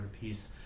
piece